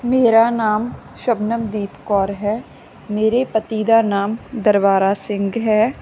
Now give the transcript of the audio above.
ਮੇਰਾ ਨਾਮ ਸ਼ਬਨਮਦੀਪ ਕੌਰ ਹੈ ਮੇਰੇ ਪਤੀ ਦਾ ਨਾਮ ਦਰਬਾਰਾ ਸਿੰਘ ਹੈ